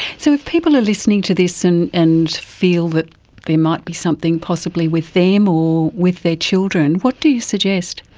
so if people are listening to this and and feel that there might be something possibly with them or with their children, what do you suggest?